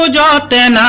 ah da then